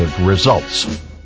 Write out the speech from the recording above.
results